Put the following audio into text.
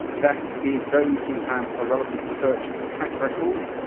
that is those who have a relevant research track record.